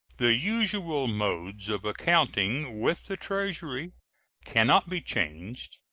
the usual modes of accounting with the treasury can not be changed,